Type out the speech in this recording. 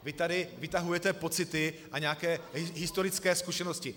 Vy tady vytahujete pocity a nějaké historické zkušenosti.